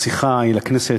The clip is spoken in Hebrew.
השיחה היא לכנסת,